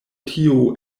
tio